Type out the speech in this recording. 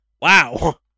Wow